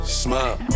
smile